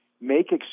make